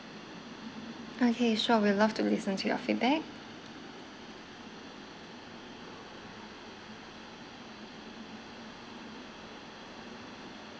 okay sure we'll love to listen to your feedback